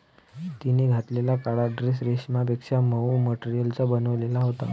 तिने घातलेला काळा ड्रेस रेशमापेक्षा मऊ मटेरियलचा बनलेला होता